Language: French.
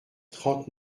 trente